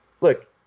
look